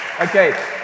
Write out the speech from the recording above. Okay